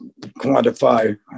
quantify